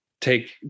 take